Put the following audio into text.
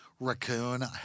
raccoon